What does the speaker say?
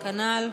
כנ"ל.